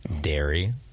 dairy